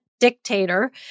dictator